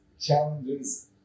challenges